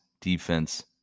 defense